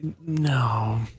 no